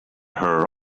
her